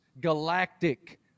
galactic